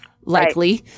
likely